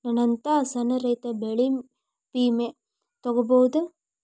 ನನ್ನಂತಾ ಸಣ್ಣ ರೈತ ಬೆಳಿ ವಿಮೆ ತೊಗೊಬೋದ?